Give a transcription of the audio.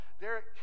Derek